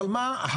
אבל מה,